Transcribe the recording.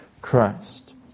Christ